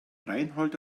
reinhold